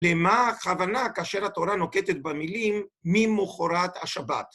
למה הכוונה כאשר התורה נוקטת במילים ממחרת השבת?